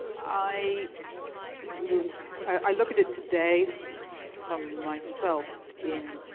i look i look at it today from myself in